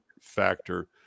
factor